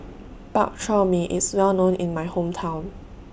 Bak Chor Mee IS Well known in My Hometown